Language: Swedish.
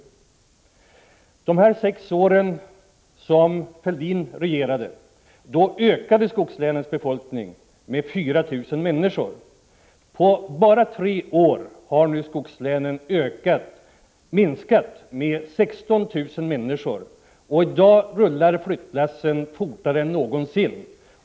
Under de sex år Fälldin regerade ökade skogslänens befolkning med 4 000 människor. På bara tre år har befolkningen i skogslänen nu minskat med 16 000 människor. I dag rullar flyttlassen fortare än någonsin.